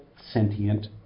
sentient